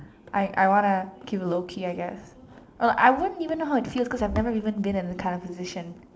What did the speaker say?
I I wanna keep low key I guess uh I wouldn't even know how it feels cause I have nerve been in this kind position